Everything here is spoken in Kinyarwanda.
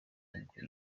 ubwo